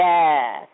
Yes